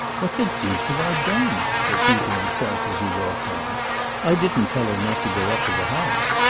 what the deuce have i done? said he to himself as he walked on i didn't tell her not to go up to the house.